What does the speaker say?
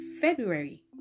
February